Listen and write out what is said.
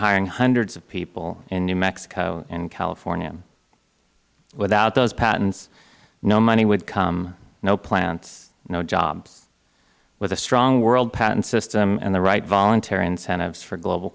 hiring hundreds of people in new mexico and california without those patents no money would come no plants no jobs with a strong world patent system and the right voluntary incentives for global